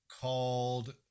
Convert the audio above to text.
called